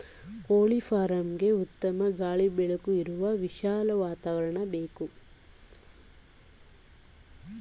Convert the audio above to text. ಕೋಳಿ ಫಾರ್ಮ್ಗೆಗೆ ಉತ್ತಮ ಗಾಳಿ ಬೆಳಕು ಇರುವ ವಿಶಾಲ ವಾತಾವರಣ ಬೇಕು